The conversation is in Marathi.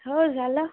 हो झालं